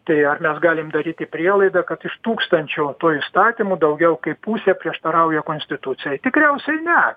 tai ar mes galim daryti prielaidą kad iš tūkstančio tų įstatymų daugiau kaip pusė prieštarauja konstitucijai tikriausiai ne